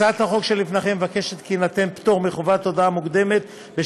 הצעת החוק שלפניכם מבקשת כי יינתן פטור מחובת ההודעה המוקדמת גם